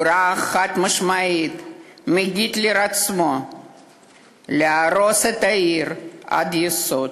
בהוראה חד-משמעית מהיטלר עצמו להרוס את העיר עד היסוד,